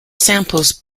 samples